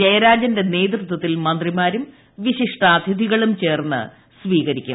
ജയരാജന്റെ നേതൃത്വത്തിൽ മന്ത്രിമാരും വി ശിഷ്ടാതിഥികളും ചേർന്ന് സ്വീകരിക്കും